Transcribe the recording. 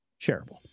shareable